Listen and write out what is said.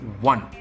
one